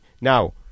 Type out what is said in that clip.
Now